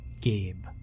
Gabe